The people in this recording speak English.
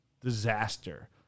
disaster